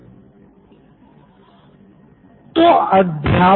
Nitin Kurian COO Knoin electronics तो अब इसके बाद क्या